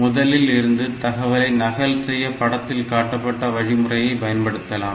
முதலில் இருந்து தகவலை நகல் செய்ய படத்தில் காட்டப்பட்ட வழிமுறையை பயன்படுத்தலாம்